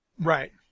Right